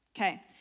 Okay